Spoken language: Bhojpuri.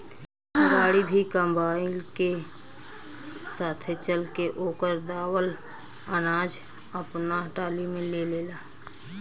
गाड़ी भी कंबाइन के साथे चल के ओकर दावल अनाज आपना टाली में ले लेला